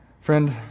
Friend